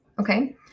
okay